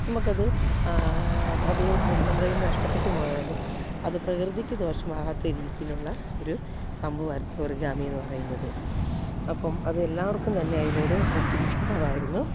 നമുക്കത് അത് നമ്മുടെ കൈയ്യിൽ നിന്ന് നഷ്ട്ടപ്പെട്ടുപോയാലും അത് പ്രകൃതിക്ക് ദോഷമാകാത്ത രീതിയിലുളള ഒരു സംഭവമായിരുന്നു ഈ ഒറിഗാമിന്ന് പറയുന്നത് അപ്പം അത് എല്ലാവർക്കും തന്നെ അതിനോട് ഒത്തരി ഇഷ്ട്ടവായിരുന്നു